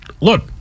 look